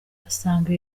asanga